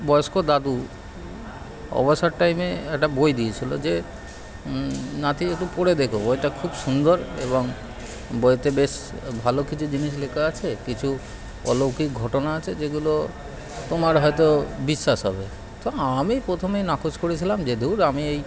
বয়স্ক দাদু অবসর টাইমে একটা বই দিয়েছিল যে নাতি একটু পড়ে দেখো বইটা খুব সুন্দর এবং বইতে বেশ ভালো কিছু জিনিস লেখা আছে কিছু অলৌকিক ঘটনা আছে যেগুলো তোমার হয়তো বিশ্বাস হবে তো আমি প্রথমেই নাকচ করেছিলাম যে ধুর আমি এই